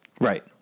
right